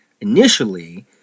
initially